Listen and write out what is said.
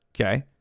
Okay